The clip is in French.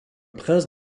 prince